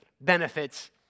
benefits